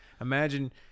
Imagine